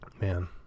man